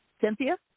Cynthia